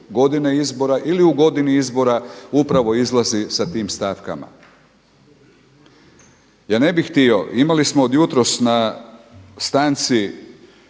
godine izbora ili u godini izbora upravo izlazi sa tim stavkama. Ja ne bi htio, i imali smo od jutros na stanci